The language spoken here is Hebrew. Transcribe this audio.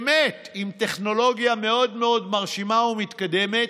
באמת, עם טכנולוגיה מאוד מאוד מרשימה ומתקדמת,